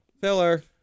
filler